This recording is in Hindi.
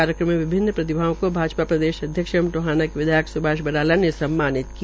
कार्यक्रम में विभिन्न प्रतिभाओं को भाजपा प्रदेशाध्यक्ष एवं टोहाना के विधायक स्भाष बराला ने सम्मानित किया